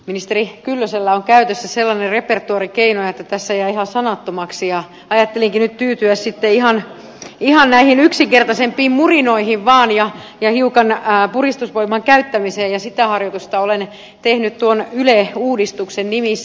ministeri kyllösellä on käytössä sellainen repertoaari keinoja että tässä jää ihan sanattomaksi ja ajattelinkin nyt tyytyä ihan näihin yksinkertaisempiin murinoihin vaan ja hiukan puristusvoiman käyttämiseen ja sitä harjoitusta olen tehnyt tuon yle uudistuksen nimissä